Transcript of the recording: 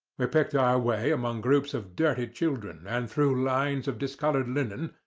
we picked our way among groups of dirty children, and through lines of discoloured linen,